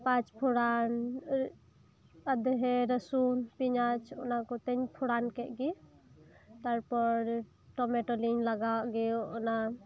ᱯᱟᱸᱪ ᱯᱷᱚᱲᱟᱱ ᱟᱫᱷᱮ ᱨᱟᱥᱩᱱ ᱯᱮᱸᱭᱟᱡᱽ ᱚᱱᱟ ᱠᱚᱛᱮᱧ ᱯᱷᱚᱲᱟᱱ ᱠᱮᱫ ᱜᱮ ᱛᱟᱨ ᱯᱚᱨ ᱴᱚᱢᱮᱴᱚᱧ ᱞᱟᱜᱟᱣ ᱟᱫ ᱜᱮ ᱚᱱᱟ